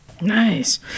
Nice